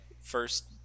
first